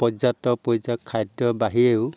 পৰ্যাপ্ত পৰ্যায়ত খাদ্যৰ বাহিৰেও